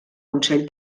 consell